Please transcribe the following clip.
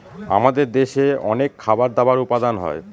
আমাদের দেশে অনেক খাবার দাবার উপাদান হয়